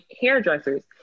hairdressers